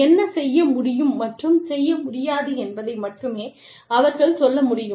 என்ன செய்ய முடியும் மற்றும் செய்ய முடியாது என்பதை மட்டுமே அவர்கள் சொல்ல முடியும்